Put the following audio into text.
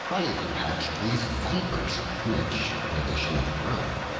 why have you hatched these vipers which, when they shall have grown,